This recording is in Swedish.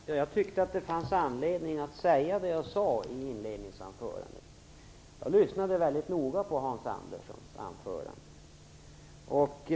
Fru talman! Jag tyckte att det fanns anledning att säga det jag sade i inledningsanförandet. Jag lyssnade väldigt noga på Hans Anderssons anförande.